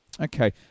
Okay